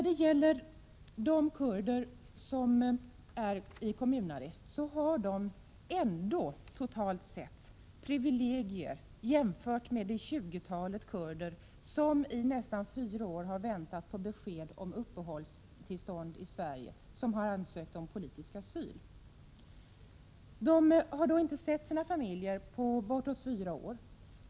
De kurder som befinner sig i kommunarrest har totalt sett ändå privilegier jämfört med det tjugotal kurder som har ansökt om politisk asyl och i nästan fyra år har väntat på besked om uppehållstillstånd i Sverige. De har inte sett sina familjer på bortåt fyra år.